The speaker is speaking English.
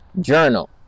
journal